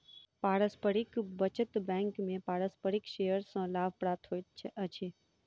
पारस्परिक बचत बैंक में पारस्परिक शेयर सॅ लाभ प्राप्त होइत अछि